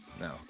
No